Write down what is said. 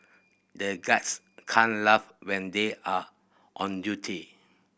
the guards can't laugh when they are on duty